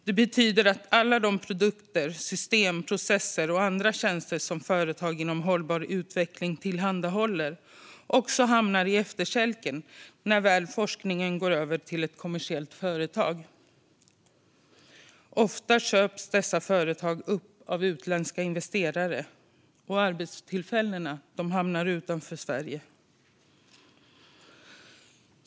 Det betyder att alla de produkter, system, processer och tjänster som företag inom hållbar utveckling tillhandahåller hamnar på efterkälken när forskningen går över till ett kommersiellt företag. Ofta köps dessa företag upp av utländska investerare, och arbetstillfällena hamnar utanför Sverige.